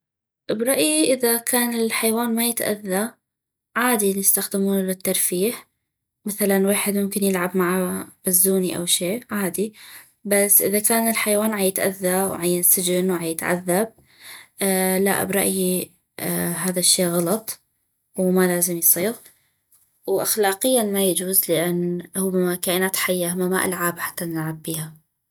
برأيي اذا كان الحيوان ما يتأذى عادي يستخدمونو للترفيه مثلا ويحد يلعب مع بزوني او شي عادي بس اذا كان الحيوان عيتاذى وعينسجن وعيتعذب لا برايي هذا الشي غلط وما لازم يصيغ واخلاقيا ما يجوز لان هما كائنات حية هما ما العاب حتى نلعب بيها